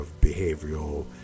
behavioral